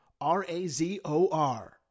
R-A-Z-O-R